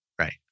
right